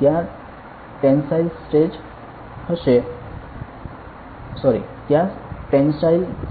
ત્યાં ટેનસાઇલ